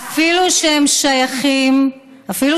אפילו שהם שייכים, את מדברת על התימנים הלהט"בים?